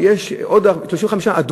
שיהיו עוד 35,000,